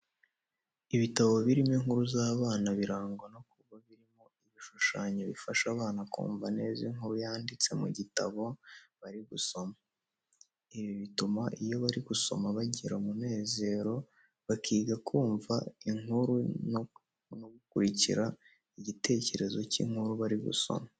Ibitabo birimo inkuru z'abana birangwa no kuba birimo ibishushanyo bifasha abana kumva neza inkuru yanditse mu gitabo bari gusoma. Ibi bituma iyo bari gusoma bagira umunezero, bakiga kumva inkuru no gukurikira igitekerezo cy’inkuru bari gusoma.